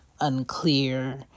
unclear